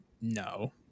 no